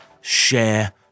share